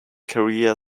career